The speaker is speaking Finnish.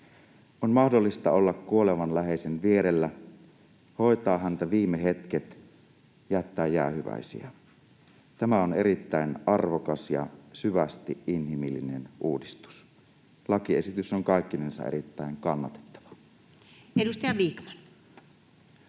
on mahdollista olla kuolevan läheisen vierellä, hoitaa häntä viime hetket, jättää jäähyväisiä. Tämä on erittäin arvokas ja syvästi inhimillinen uudistus. Lakiesitys on kaikkinensa erittäin kannatettava. [Speech 248]